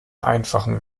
einfachen